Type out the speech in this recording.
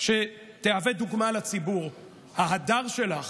שתהווה דוגמה לציבור, ההדר שלך,